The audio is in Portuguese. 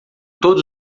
todos